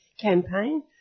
Campaign